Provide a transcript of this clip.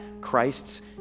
Christ's